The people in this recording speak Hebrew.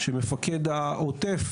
שמפקד העוטף